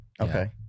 Okay